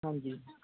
ਹਾਂਜੀ